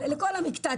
לכל המקטע.